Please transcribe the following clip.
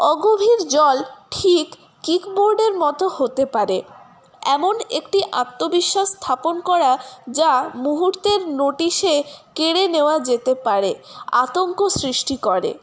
অগভীর জল ঠিক কিক বোর্ডের মতো হতে পারে এমন একটি আত্মবিশ্বাস স্থাপন করা যা মুহূর্তের নোটিশে কেড়ে নেওয়া যেতে পারে আতঙ্ক সৃষ্টি করে